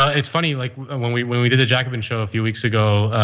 it's funny like when we when we did a jacobin show a few weeks ago,